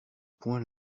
point